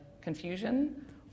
confusion